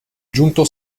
giunto